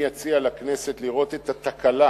אני אציע לכנסת לראות את התקלה